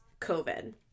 COVID